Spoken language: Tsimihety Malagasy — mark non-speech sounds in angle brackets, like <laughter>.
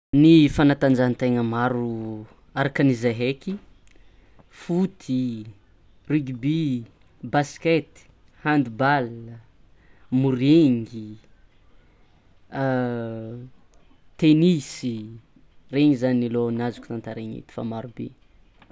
Ny fagnatanjahantegna maro arakan'izay heky, foty, rugby, baskety, hand ball, morengy, <hesitation> tennis regny zany aloha ny azoko tantaraina edy fa marobe.